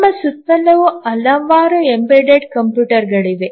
ನಮ್ಮ ಸುತ್ತಲೂ ಹಲವಾರು ಎಂಬೆಡೆಡ್ ಕಂಪ್ಯೂಟರ್ಗಳಿವೆ